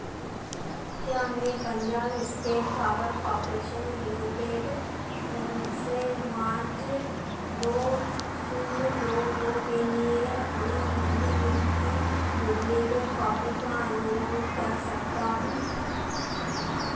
क्या मैं Punjab state power corporation limited से मार्च दो शून्य दो दो के लिए अपने बिजली बिल की डुप्लिकेट कॉपी का अनुरोध कर सकता हूँ